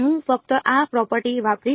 હું ફક્ત આ પ્રોપર્ટી વાપરીશ